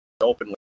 openly